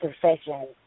profession